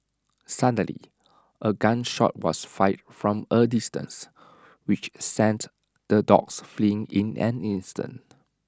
suddenly A gun shot was fired from A distance which sent the dogs fleeing in an instant